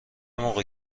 موقع